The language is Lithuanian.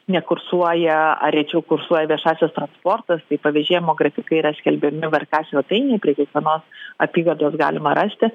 nekursuoja ar rečiau kursuoja viešasis transportas tai pavėžėjimo grafikai yra skelbiami vrk svetainėj prie kiekvienos apygardos galima rasti